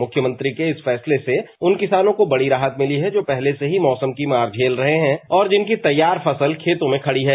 मुख्यमंत्री के इस फैसले से उन किसानों को बड़ी राहत मिली है जो पहले से ही मौसम की मार झेल रहे हैं और जिनकी तैयार फसल खेतों में खड़ी है